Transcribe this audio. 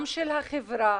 של החברה,